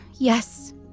Yes